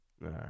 right